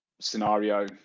scenario